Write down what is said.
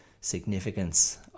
significance